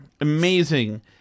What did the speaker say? Amazing